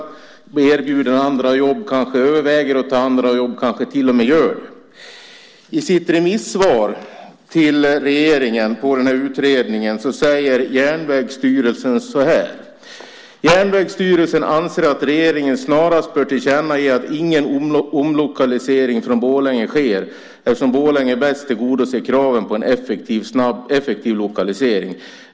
De kanske blir erbjudna andra jobb, överväger att ta andra jobb och kanske till och med gör det. I sitt remissvar till regeringen på utredningen säger Järnvägsstyrelsen så här: Järnvägsstyrelsen anser att regeringen snarast bör tillkännage att ingen omlokalisering från Borlänge sker eftersom Borlänge bäst tillgodoser kraven på en effektiv lokalisering.